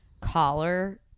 collar